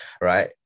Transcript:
right